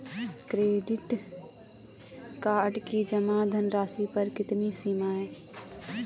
Credit card की जमा धनराशि पर कितनी सीमा है?